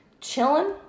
chilling